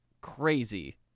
crazy